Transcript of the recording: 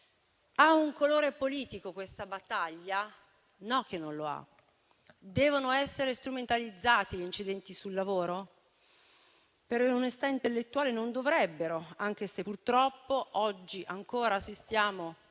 Ha un colore politico questa battaglia? No che non lo ha. Devono essere strumentalizzati gli incidenti sul lavoro? Per onestà intellettuale non dovrebbero, anche se purtroppo ancora oggi assistiamo